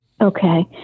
Okay